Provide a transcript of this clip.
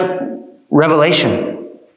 revelation